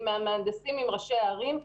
עם המהנדסים ועם ראשי הערים.